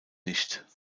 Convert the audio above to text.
nicht